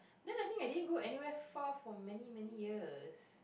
then I think I didn't go anywhere far for many many years